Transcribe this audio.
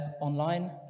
online